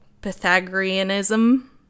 Pythagoreanism